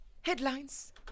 Headlines